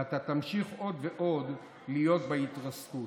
ואתה תמשיך עוד ועוד להיות בהתרסקות.